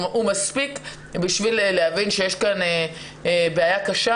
הוא מספיק כדי להבין שיש כאן בעיה קשה